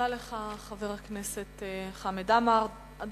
חבר הכנסת חמד עמאר, אני מודה לך.